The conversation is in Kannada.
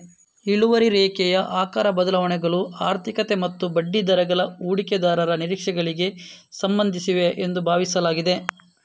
ಇಳುವರಿ ರೇಖೆಯ ಆಕಾರ ಬದಲಾವಣೆಗಳು ಆರ್ಥಿಕತೆ ಮತ್ತು ಬಡ್ಡಿದರಗಳ ಹೂಡಿಕೆದಾರರ ನಿರೀಕ್ಷೆಗಳಿಗೆ ಸಂಬಂಧಿಸಿವೆ ಎಂದು ಭಾವಿಸಲಾಗಿದೆ